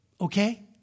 Okay